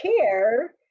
care